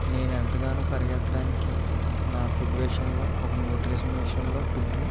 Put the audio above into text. నేను ఎంతగానో పరిగెత్తడానికి నా ఫుడ్ విషయంలో ఒక న్యూట్రిషన్ విషయంలో ఫుడ్ని